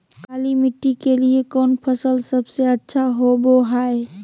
काली मिट्टी के लिए कौन फसल सब से अच्छा होबो हाय?